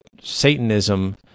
Satanism